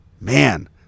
Man